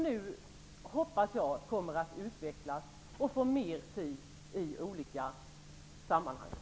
Jag hoppas att de nu kommer att utvecklas och få mer tid i olika sammanhang.